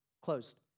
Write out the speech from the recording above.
closed